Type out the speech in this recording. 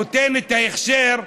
נותנת ההכשר,